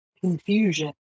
confusion